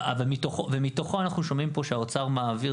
ומתוכו אנחנו שומעים פה שהאוצר מעביר